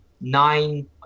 nine